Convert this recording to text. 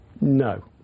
No